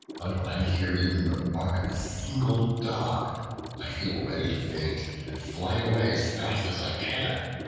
but when i hear even the bark of a single dog i feel ready to faint, and fly away as fast as i can.